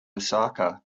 osaka